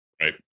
right